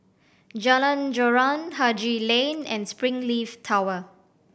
Jalan Joran Haji Lane and Springleaf Tower